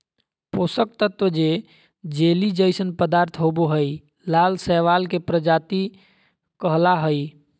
पोषक तत्त्व जे जेली जइसन पदार्थ होबो हइ, लाल शैवाल के प्रजाति कहला हइ,